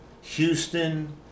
Houston